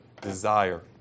desire